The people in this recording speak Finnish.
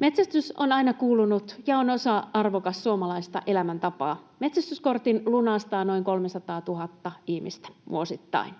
Metsästys on aina kuulunut ja on osa arvokasta suomalaista elämäntapaa. Metsästyskortin lunastaa noin 300 000 ihmistä vuosittain.